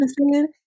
understand